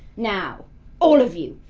now all of you,